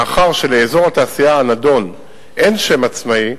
מאחר שלאזור התעשייה הנדון אין שם עצמאי,